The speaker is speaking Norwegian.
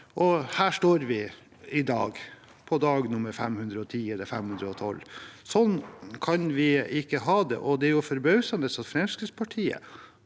Her står vi i dag, på dag nr. 510 eller 512. Slik kan vi ikke ha det. Det er forbausende at Fremskrittspartiet,